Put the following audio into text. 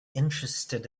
interested